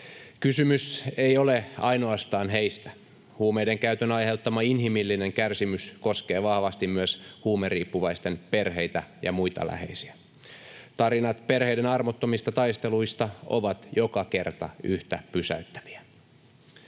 Kysymys ei ole ainoastaan heistä. Huumeiden käytön aiheuttama inhimillinen kärsimys koskee vahvasti myös huumeriippuvaisten perheitä ja muita läheisiä. Tarinat perheiden armottomista taisteluista ovat joka kerta yhtä pysäyttäviä.